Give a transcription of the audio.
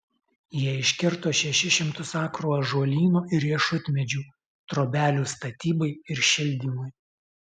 jie iškirto šešis šimtus akrų ąžuolyno ir riešutmedžių trobelių statybai ir šildymui